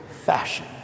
Fashion